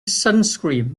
sunscreen